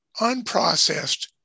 unprocessed